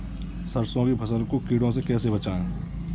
सरसों की फसल को कीड़ों से कैसे बचाएँ?